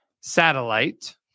satellite